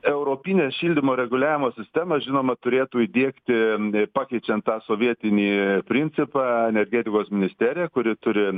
europinę šildymo reguliavimo sistemą žinoma turėtų įdiegti pakeičiant tą sovietinį principą energetikos ministerija kuri turi